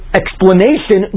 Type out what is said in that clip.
explanation